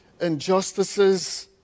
injustices